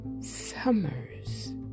Summers